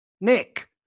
Nick